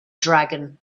dragon